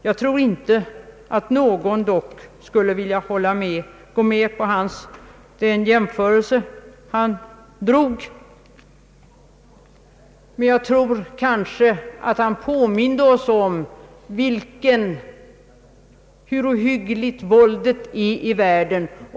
Jag tror inte att någon skulle vilja gå med på den jämförelse som han här gjort, men jag tror kanske att han påminde oss om hur ohyggligt våldet är i världen.